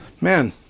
Man